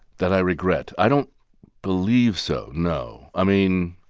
that i regret i don't believe so, no. i mean,